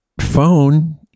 phone